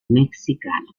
mexicanos